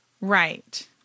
Right